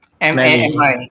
M-A-M-I